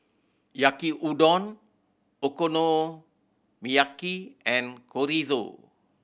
Yaki Udon Okonomiyaki and Chorizo